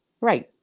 right